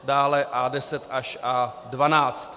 Dále A10 až A12.